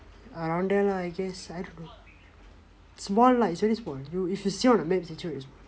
around there lah I guess small lah it's small you if you see on the map it's actually very small